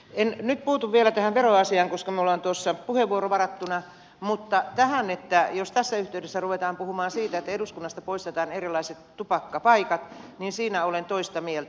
en nyt puutu vielä tähän veroasiaan koska minulla on tuossa puheenvuoro varattuna mutta tästä jos tässä yhteydessä ruvetaan puhumaan siitä että eduskunnasta poistetaan erilaiset tupakkapaikat olen toista mieltä